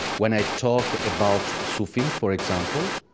when i talk about sufi, for example,